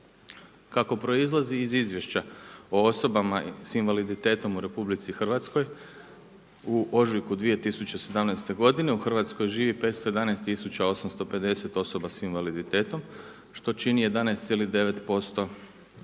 Kako proizlazi iz izvješća o osoba s invaliditetom u RH, u ožujku 2017. g. u Hrvatskoj živi 511850 osoba s invaliditetom, što čini 11,9%